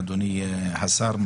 אדוני השר,